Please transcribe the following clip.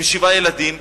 עם שבעה ילדים,